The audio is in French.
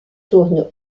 tournent